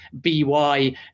B-Y